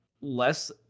less